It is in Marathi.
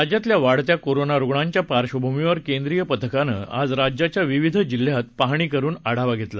राज्यातल्या वाढत्या कोरोना रुग्णांच्या पार्श्वभूमीवर केंद्रिय पथकानं आज राज्याच्या विविध जिल्ह्यात पाहणी करुन आढावा घेतला